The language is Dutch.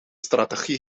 strategie